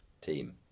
Team